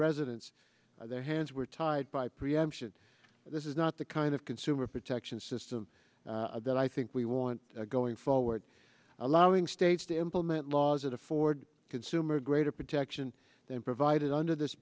residents their hands were tied by preemption this is not the kind of consumer protection system that i think we want going forward allowing states to implement laws that afford consumer greater protection than provided under this